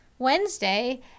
wednesday